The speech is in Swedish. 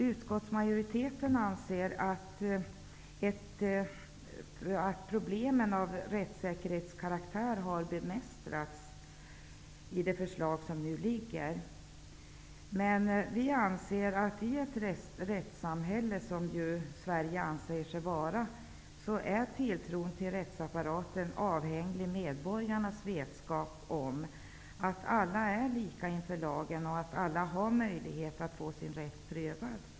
Utskottsmajoriteten anser att problemen av rättssäkerhetskaraktär har bemästrats i det förslag som nu föreligger. I ett rättssamhälle, som ju Sverige anser sig vara, är tilltron till rättsapparaten avhängig av medborgarnas vetskap om att alla är lika inför lagen och att alla har möjlighet att få sin sak prövad.